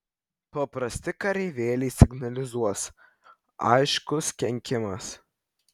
paprasti kareivėliai signalizuos aiškus kenkimas